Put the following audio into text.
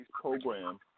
program